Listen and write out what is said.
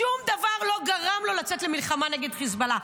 שום דבר לא גרם לו לצאת למלחמה נגד חיזבאללה,